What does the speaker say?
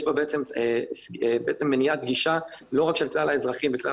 יש בה בעצם מניעת גישה לא רק של כלל האזרחים וכלל